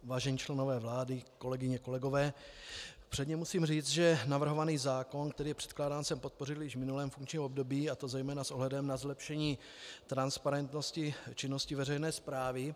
Vážení členové vlády, kolegyně, kolegové, předně musím říct, že navrhovaný zákon, který je předkládán, jsem podpořil i v minulém funkčním období, a to zejména s ohledem na zlepšení transparentnosti činnosti veřejné správy.